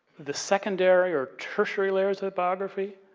the secondary or tertiary layers of biography,